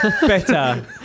better